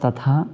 तथा